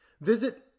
Visit